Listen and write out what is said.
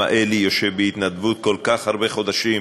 אלי יושב בהתנדבות כל כך הרבה חודשים